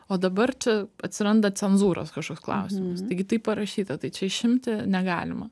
o dabar čia atsiranda cenzūros kažkoks klausimas taigi tai parašyta tai čia išimti negalima